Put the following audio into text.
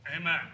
Amen